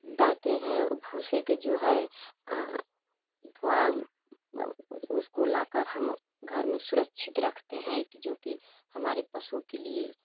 दातें हैं और भूसे के जो है उसको लाकर हम घर में सुरक्षित रखते हैं एक जो कि हमारे पशु के लिए